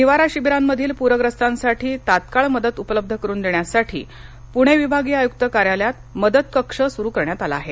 निवारा शिबिरांमधील प्रखस्तांसाठी तात्काळ मदत उपलब्ध करुन देण्यासाठी पूणे विभागीय आयुक्त कार्यालयात मदत कक्ष सुरु करण्यात आला आहे